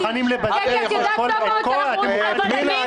פנינה,